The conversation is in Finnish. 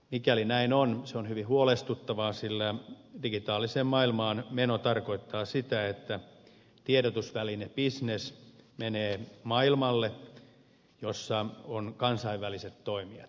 mikäli näin on se on hyvin huolestuttavaa sillä digitaaliseen maailmaan meno tarkoittaa sitä että tiedotusvälinebisnes menee maailmalle jossa on kansainväliset toimijat